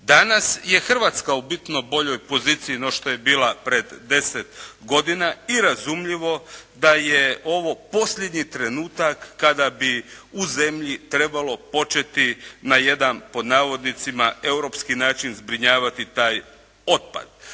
Danas je Hrvatska u bitno boljoj poziciji no što je bila pred deset godina i razumljivo da je ovo posljednji trenutak kada bi u zemlji trebalo početi na jedan ˝Europski način˝ zbrinjavati taj otpad.